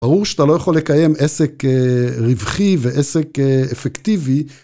ברור שאתה לא יכול לקיים עסק רווחי ועסק אפקטיבי.